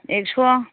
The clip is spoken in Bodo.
एक्स'